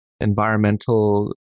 environmental